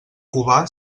cubà